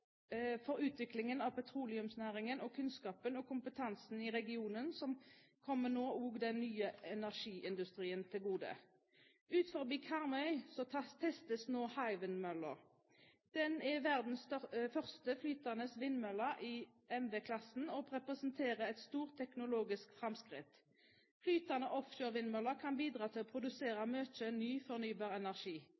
for utviklingen av petroleumsnæringen og kunnskapen og kompetansen i regionen, som nå også kommer den nye energiindustrien til gode. Utenfor Karmøy testes nå Hywind-mølla. Den er verdens første flytende vindmølle i MW-klassen, og representerer et stort teknologisk framskritt. Flytende offshore-vindmøller kan bidra til å produsere